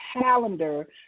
calendar